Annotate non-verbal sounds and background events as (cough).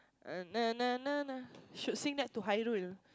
(noise) should sing that to Hairul